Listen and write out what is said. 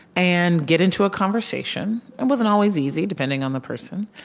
and get into a conversation it wasn't always easy, depending on the person.